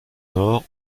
nord